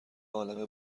عالمه